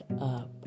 up